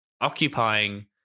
occupying